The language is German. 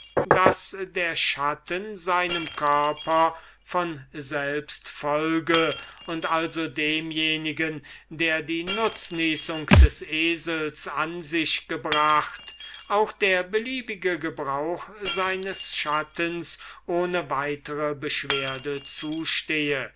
daß der schatten seinem körper von selbst folge und also demjenigen der die nutznießung des esels an sich gebracht auch der beliebige gebrauch seines schattens ohne weitere beschwerde zustehe